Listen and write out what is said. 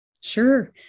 Sure